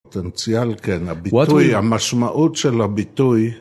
פוטנציאל כן, הביטוי, המשמעות של הביטוי